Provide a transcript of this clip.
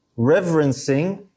reverencing